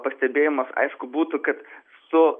pastebėjimas aišku būtų kad su